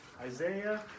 Isaiah